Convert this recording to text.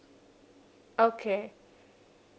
okay